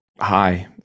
hi